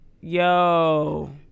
Yo